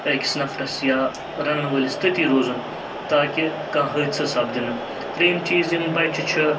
أکِس نَفرَس یا رَنن وٲلِس تٔتی روزُن تاکہِ کانٛہہ حٲدثہٕ سَپدِنہٕ ترٛیٚیِم چیٖز یِم بَچہِ چھُ